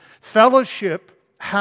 Fellowship